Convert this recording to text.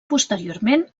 posteriorment